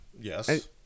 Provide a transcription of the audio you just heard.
Yes